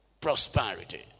Prosperity